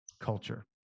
culture